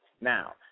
now